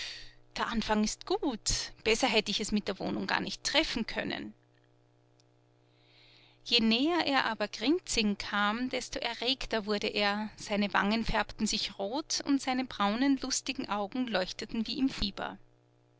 der anfang ist gut besser hätte ich es mit der wohnung gar nicht treffen können je näher er aber grinzing kam desto erregter wurde er seine wangen färbten sich rot und seine braunen lustigen augen leuchteten wie im fieber